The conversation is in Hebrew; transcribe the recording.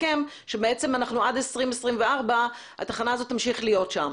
הסכם שבעצם אנחנו עד 2024 התחנה הזאת תמשיך להיות שם.